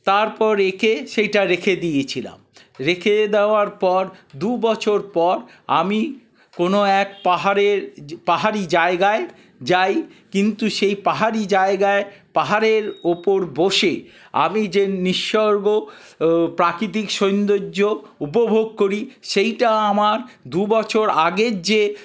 তারপর এঁকে সেইটা রেখে দিয়েছিলাম রেখে দেওয়ার পর দুবছর পর আমি কোনো এক পাহাড়ের পাহাড়ি জায়গায় যায় কিন্তু সেই পাহাড়ি জায়গায় পাহাড়ের ওপর বসে আমি যে নিঃস্বর্গ প্রাকিতিক সৌন্দর্য উপভোগ করি সেইটা আমার দুবছর আগের যে